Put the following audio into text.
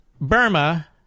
Burma